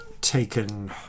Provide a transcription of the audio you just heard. taken